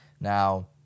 now